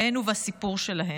בהן ובסיפור שלהן.